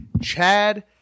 Chad